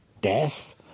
death